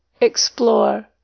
explore